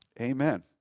amen